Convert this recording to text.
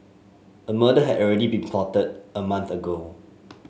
a murder had already been plotted a month ago